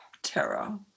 terror